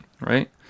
right